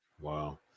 wow